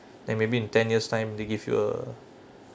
then maybe in ten years time they give you a